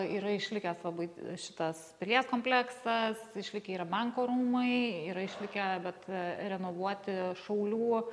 yra išlikęs labai šitas pilies kompleksas išlikę yra banko rūmai yra išlikę bet renovuoti šaulių